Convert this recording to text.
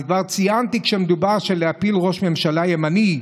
כבר ציינתי: כשמדובר בהפלת ראש ממשלה ימני,